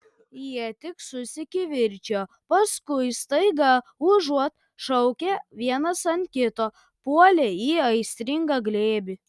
jie tik susikivirčijo paskui staiga užuot šaukę vienas ant kito puolė į aistringą glėbį